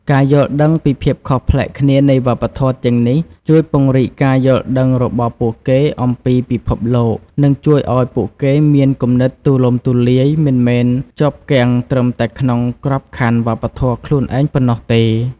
ការយល់ដឹងពីភាពខុសប្លែកគ្នានៃវប្បធម៌ទាំងនេះ ជួយពង្រីកការយល់ដឹងរបស់ពួកគេអំពីពិភពលោក និងជួយឱ្យពួកគេមានគំនិតទូលំទូលាយ មិនមែនជាប់គាំងត្រឹមតែក្នុងក្របខ័ណ្ឌវប្បធម៌ខ្លួនឯងប៉ុណ្ណោះទេ។